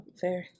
fair